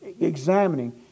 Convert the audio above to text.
examining